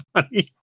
funny